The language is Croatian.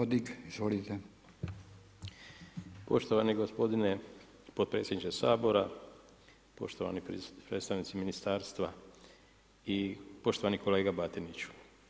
Poštovani gospodine potpredsjedniče Sabora, poštovani predstavnici ministarstva i poštovani kolega Batiniću.